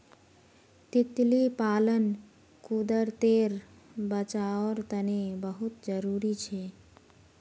तितली पालन कुदरतेर बचाओर तने बहुत ज़रूरी छे